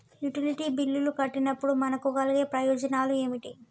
Utility బిల్లులు కట్టినప్పుడు మనకు కలిగే ప్రయోజనాలు ఏమిటి?